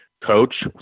coach